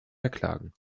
verklagen